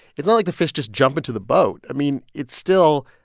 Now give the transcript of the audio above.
it's not like the fish just jump into the boat. i mean, it's still,